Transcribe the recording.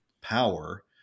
power